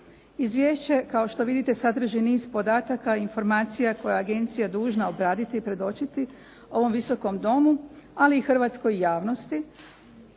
Izvješće kao što vidite sadrži niz podataka i informacija koje je Agencija dužna obraditi i predočiti ovom Visokom domu ali i hrvatskoj javnosti